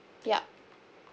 yup